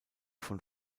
von